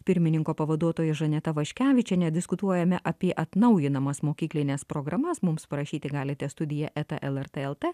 pirmininko pavaduotoja žaneta vaškevičiene diskutuojame apie atnaujinamas mokyklines programas mums parašyti galite studija eta lrt lt